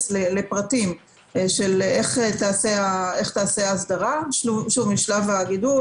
לפרטים איך תעשה הסדרה משלב הגידול,